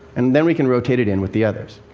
and then we can rotate it in with the others.